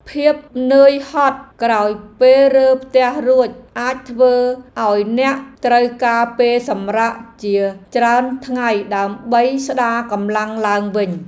ភាពនឿយហត់ក្រោយពេលរើផ្ទះរួចអាចធ្វើឱ្យអ្នកត្រូវការពេលសម្រាកជាច្រើនថ្ងៃដើម្បីស្ដារកម្លាំងឡើងវិញ។